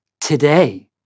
Today